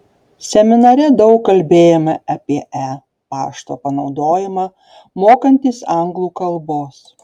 seminare daug kalbėjome apie e pašto panaudojimą mokantis anglų kalbos